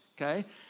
okay